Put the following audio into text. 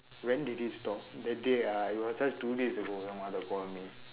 when did it stop that day uh it was just two days ago your mother call me